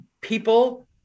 people